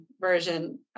version